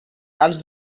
els